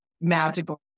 magical